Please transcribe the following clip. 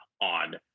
on